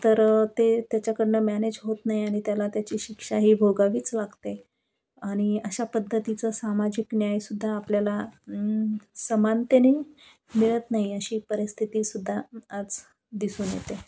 तर ते त्याच्याकडनं मॅनेज होत नाही आणि त्याला त्याची शिक्षा ही भोगावीच लागते आणि अशा पद्धतीचं सामाजिक न्यायसुद्धा आपल्याला समानतेने मिळत नाही अशी परिस्थितीसुद्धा आज दिसून येते